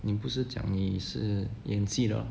你不是讲你是演戏的哦